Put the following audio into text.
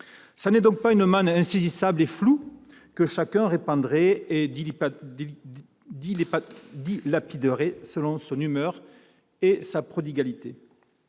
Ce n'est donc pas une manne insaisissable et floue que chacun répandrait et dilapiderait selon son humeur et sa prodigalité.